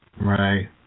Right